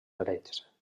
drets